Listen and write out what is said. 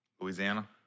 Louisiana